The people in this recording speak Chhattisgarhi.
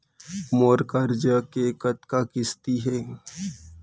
मोर करजा के कतका किस्ती हे?